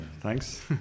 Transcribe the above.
Thanks